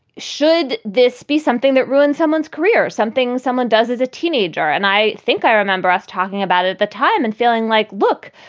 should this be something that ruined someone's career, something someone does as a teenager? and i think i remember us talking about at the time and feeling like, look,